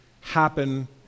happen